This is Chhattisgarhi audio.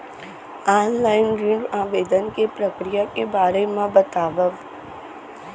ऑनलाइन ऋण आवेदन के प्रक्रिया के बारे म बतावव?